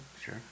sure